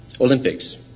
Olympics